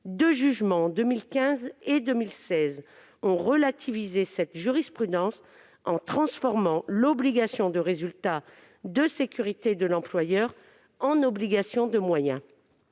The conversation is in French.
Deux jugements, en 2015 et en 2016, ont relativisé cette jurisprudence en transformant l'obligation de sécurité de résultat de l'employeur en obligation de moyens.